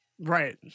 right